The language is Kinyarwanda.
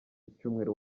icyumweru